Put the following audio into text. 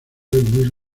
luis